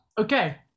Okay